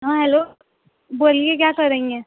ہاں ہلو بولیے کیا کریں گے